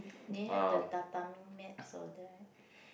they have the tatami mats all that